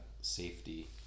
safety